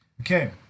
okay